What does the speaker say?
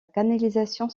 canalisation